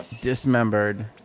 dismembered